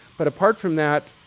but apart from that,